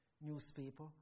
newspaper